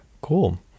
cool